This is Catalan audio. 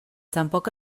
tampoc